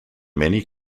many